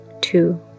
two